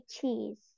cheese